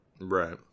Right